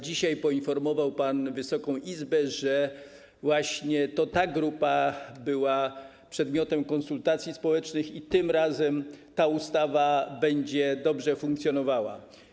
Dzisiaj poinformował pan Wysoką Izbę, że to właśnie ta grupa była przedmiotem konsultacji społecznych i tym razem ta ustawa będzie dobrze funkcjonowała.